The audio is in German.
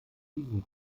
diesem